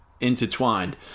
intertwined